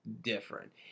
different